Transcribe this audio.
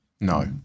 No